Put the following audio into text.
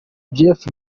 jeff